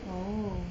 oh